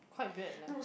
quite bad leh